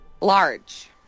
large